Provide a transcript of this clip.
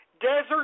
Desert